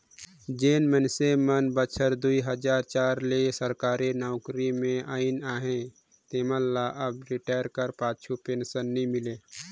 जेन मइनसे मन बछर दुई हजार चार ले सरकारी नउकरी में अइन अहें तेमन ल अब रिटायर कर पाछू पेंसन नी मिले